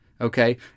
okay